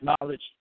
knowledge